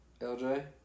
LJ